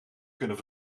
kunnen